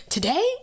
Today